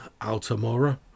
Altamora